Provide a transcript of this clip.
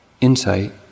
insight